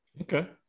Okay